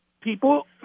people